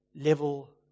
level